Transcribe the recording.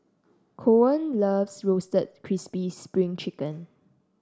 Koen loves Roasted Crispy Spring Chicken